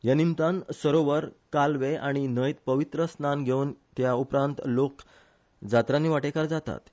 ह्या निमतान सरोवर कालवे आनी न्हंयत पवित्र स्थान घेवन त्या उपरांत लोक जात्रानी वांटेकार जातात